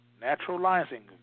Naturalizing